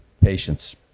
patience